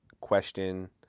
Question